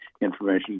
information